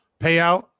payout